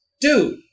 Dude